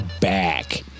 back